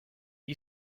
you